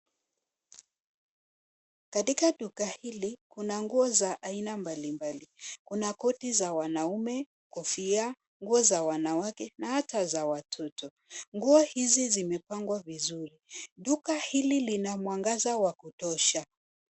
Katika duka hili kuna nguo za aina mbalimbali. Kuna koti za wanaume, kofia, nguo za wanawake na hata za watoto. Nguo hizi zimepangwa vizuri. Duka hili lina mwangaza wa kutosha.